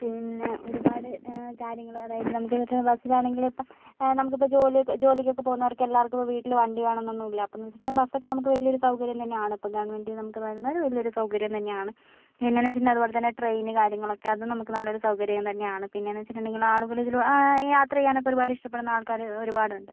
പിന്നെ ഒരുപാട് കാര്യങ്ങള് അതായത് നമുക്ക് മറ്റെ ബസ്സിലാണെങ്കിലിപ്പോൾ നമ്മുക്കിപ്പോൾ ജോലിക്ക് ജോലിക്കൊക്കെ പോകുന്നവർക്കെല്ലാവർക്കും വീട്ടില് വണ്ടി വേണന്നൊന്നും ഇല്ല അപ്പന്ന് വച്ചിട്ടുണ്ടെങ്കി ബസ്സൊക്കെ നമുക്ക് വലിയൊരു സൗകര്യം തന്നെയാണ് ഇപ്പോൾ ഗവൺമെന്റ് നമുക്ക് തരുന്നൊരു വലിയൊരു സൗകര്യം തന്നെയാണ് പിന്നേന്ന് വച്ചിട്ടുണ്ടെ അതുപോലെ തന്നെ ട്രെയിന് കാര്യങ്ങളൊക്കെ അത് നമുക്ക് നല്ലൊരു സൗകര്യം തന്നെയാണ് പിന്നെന്ന് വച്ചിട്ടുണ്ടെങ്കില് ആളുകളിതില് യാത്രചെയ്യാനൊക്കെ ഒരുപാടിഷ്ട്ടപ്പെടുന്ന ആൾക്കാര് ഒരുപാടുണ്ട്